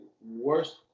worst